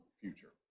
future